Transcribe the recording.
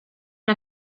una